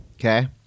Okay